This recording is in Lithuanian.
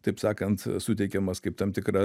taip sakant suteikiamas kaip tam tikra